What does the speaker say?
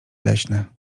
leśne